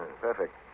Perfect